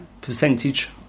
percentage